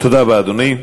תודה רבה, אדוני.